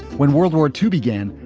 when world war two began,